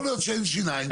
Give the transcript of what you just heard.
יכול להיות שאין שיניים.